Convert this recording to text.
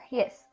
yes